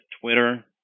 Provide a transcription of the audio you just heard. Twitter